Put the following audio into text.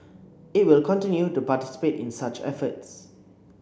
it will continue to participate in such efforts